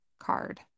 card